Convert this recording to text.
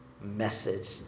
message